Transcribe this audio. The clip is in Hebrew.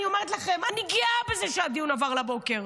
אני אומרת לכם: אני גאה בזה שהדיון עבר לבוקר,